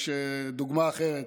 יש דוגמה אחרת,